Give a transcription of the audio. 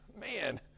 man